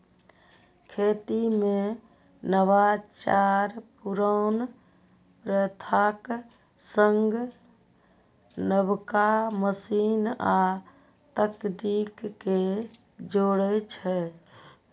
खेती मे नवाचार पुरान प्रथाक संग नबका मशीन आ तकनीक कें जोड़ै छै